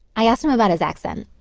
i asked him about his accent.